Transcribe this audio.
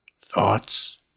thoughts